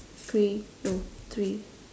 three no three